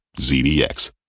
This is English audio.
ZDX